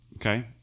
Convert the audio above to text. Okay